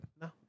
No